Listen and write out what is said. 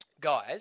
guys